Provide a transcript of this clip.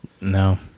no